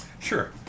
Sure